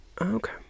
okay